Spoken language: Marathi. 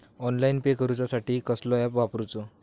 ऑनलाइन पे करूचा साठी कसलो ऍप वापरूचो?